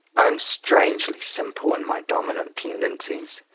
i am strangely simple in my dominant tendencies.